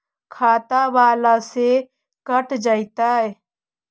खाता बाला से कट जयतैय?